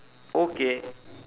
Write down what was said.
okay